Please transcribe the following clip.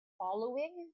following